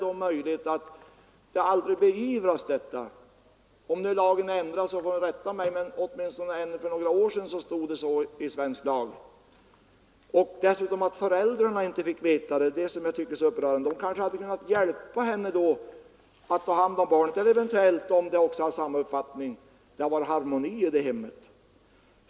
Om lagen har ändrats, så får någon rätta mig, men åtminstone för några år sedan stod det så i svensk lag. Hur är det då möjligt att detta aldrig beivras? Och att föräldrarna inte fick veta någonting tycker jag är verkligt upprörande. De hade kanske kunnat hjälpa flickan att ta hand om barnet. Och om de hade haft samma uppfattning som hon, så hade det kunnat bli harmoni i hemmet.